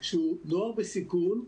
שהוא נוער בסיכון,